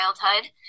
childhood